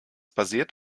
basiert